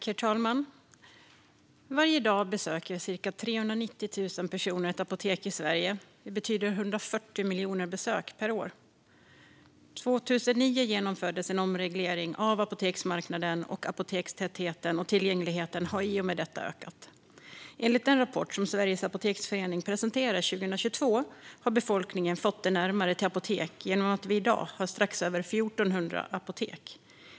Herr talman! Varje dag besöker cirka 390 000 personer ett apotek i Sverige. Det betyder 140 miljoner besök per år. År 2009 genomfördes en omreglering av apoteksmarknaden. I och med det har apotekstätheten och tillgängligheten ökat. Enligt den rapport som Sveriges Apoteksförening presenterade 2022 har befolkningen fått närmare till apotek genom att vi i dag har strax över 1 400 apotek.